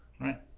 Right